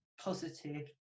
positive